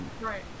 Right